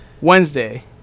wednesday